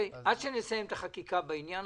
עד שנסיים את החקיקה בעניין.